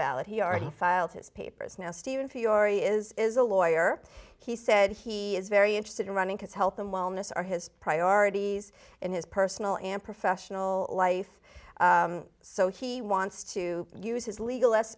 ballot he already filed his papers now stephen fiore is is a lawyer he said he is very interested in running his health and wellness are his priorities in his personal and professional life so he wants to use his legal s